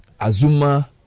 Azuma